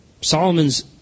Solomon's